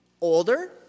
Older